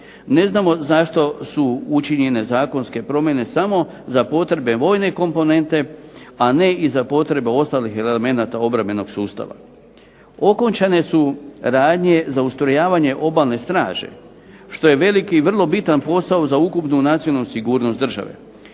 Ne znamo zašto su učinjene zakonske promjene samo za potrebe vojne komponente, a ne i za potrebe ostalih elemenata obrambenog sustava. Okončane su radnje za ustrojavanje Obalne straže. Što je velik i vrlo bitan posao za ukupnu nacionalnu sigurnost države.